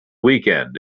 weekend